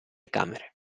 camere